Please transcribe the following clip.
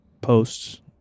posts